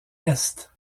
est